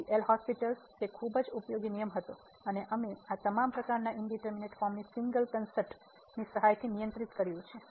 તેથી એલ'હોસ્પિટલL'hospital તે એક ખૂબ જ ઉપયોગી નિયમ હતો અને અમે આ તમામ પ્રકારનાં ઈંડિટરમિનેટ ફોર્મ ની સિંગલ કન્સેપ્ટની સહાયથી નિયંત્રિત કર્યું છે